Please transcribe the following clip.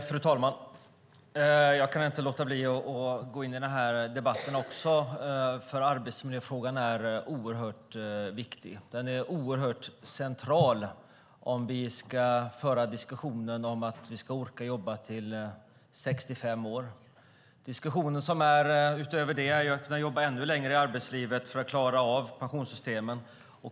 Fru talman! Jag kan inte låta bli att gå in i den här debatten också, för arbetsmiljöfrågan är oerhört viktig och oerhört central om vi ska föra diskussionen om att man ska orka jobba tills man är 65 år. Utöver det handlar diskussionen om att kunna stanna ännu längre i arbetslivet för att klara av pensionssystemen.